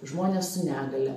žmonės su negalia